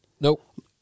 Nope